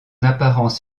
apparence